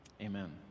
Amen